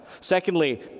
Secondly